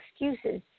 excuses